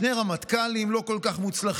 שני רמט"כלים לא כל כך מוצלחים,